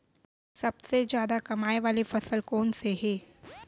सबसे जादा कमाए वाले फसल कोन से हे?